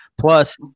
Plus